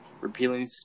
Repealing